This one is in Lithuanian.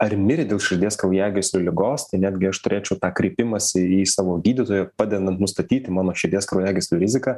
ar mirė dėl širdies kraujagyslių ligos tai netgi aš turėčiau tą kreipimąsi į savo gydytoją padedant nustatyti mano širdies kraujagyslių riziką